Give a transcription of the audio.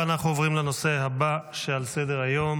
אנחנו עוברים לנושא הבא שעל סדר-היום